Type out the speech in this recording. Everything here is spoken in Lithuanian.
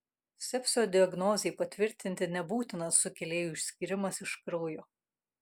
sepsio diagnozei patvirtinti nebūtinas sukėlėjų išskyrimas iš kraujo